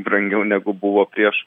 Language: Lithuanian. brangiau negu buvo prieš